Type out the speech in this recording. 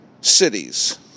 cities